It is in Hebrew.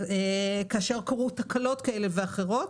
כאשר קרו תקלות כאלה ואחרות,